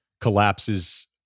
collapses